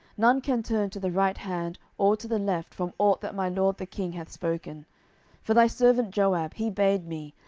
none can turn to the right hand or to the left from ought that my lord the king hath spoken for thy servant joab, he bade me,